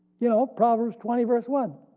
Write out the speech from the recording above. you know proverbs twenty one